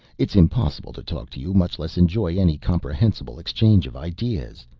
it's impossible to talk to you, much less enjoy any comprehensible exchange of ideas.